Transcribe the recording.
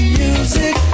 music